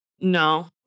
No